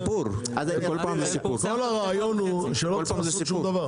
כל הרעיון הוא שלא צריך לעשות שום דבר.